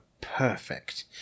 perfect